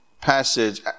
passage